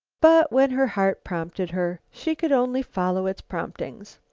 but when her heart prompted her, she could only follow its promptings.